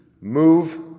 move